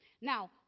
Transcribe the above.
Now